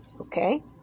okay